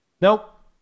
Nope